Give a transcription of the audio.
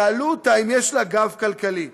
שאלו אותה אם יש לה גב כלכלי.